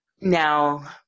Now